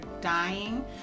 dying